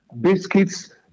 biscuits